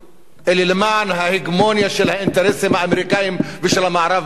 אלא למען ההגמוניה של האינטרסים האמריקניים ושל המערב באזור,